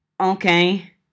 Okay